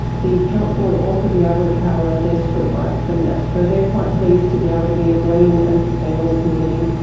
the council will also be able to power their streetlights from that. so they are quite pleased to be able to be a green and sustainable community,